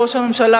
ראש הממשלה,